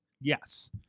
Yes